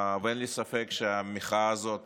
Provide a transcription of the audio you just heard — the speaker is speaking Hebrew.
ואין לי ספק שהמחאה הזאת